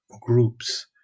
groups